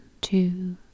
two